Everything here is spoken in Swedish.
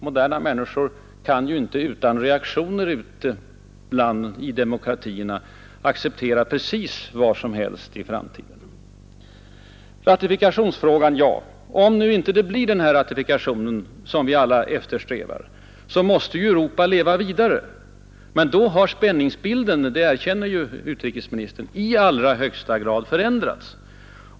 Moderna människor kan ju i längden inte acceptera precis vad som helst. Så var det ratifikationsfrågan. Om nu inte den ratifikation sker som vi alla eftersträvar, måste ju Europa leva vidare, men då har spänningsbilden — det påstår ju utrikesministern — i allra högsta grad förändrats.